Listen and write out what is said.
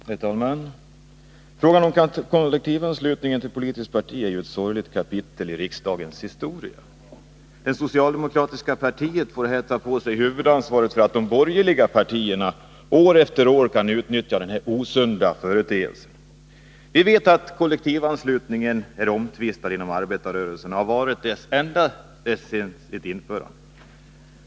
Herr talman! Frågan om kollektivanslutning till politiskt parti är ett sorgligt kapitel i riksdagens historia. Det socialdemokratiska partiet får här ta på sig huvudansvaret för att de borgerliga partierna år efter år kan utnyttja denna osunda företeelse. Vi vet att kollektivanslutningen är omtvistad inom arbetarrörelsen och har varit det ända sedan införandet.